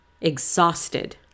exhausted